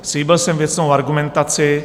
Slíbil jsem věcnou argumentaci.